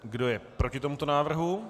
Kdo je proti tomuto návrhu?